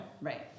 Right